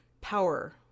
power